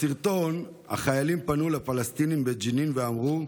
בסרטון החיילים פנו לפלסטינים בג'נין ואמרו: